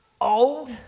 old